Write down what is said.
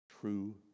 true